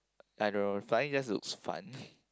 I don't know flying just to fun